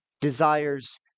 desires